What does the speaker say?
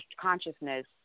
consciousness